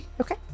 Okay